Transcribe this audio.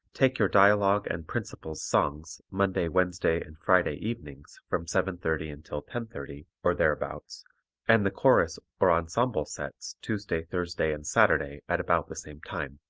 take your dialogue and principals' songs monday, wednesday and friday evenings, from seven thirty until ten thirty, or thereabouts and the chorus or ensemble sets tuesday, thursday and saturday at about the same time.